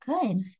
Good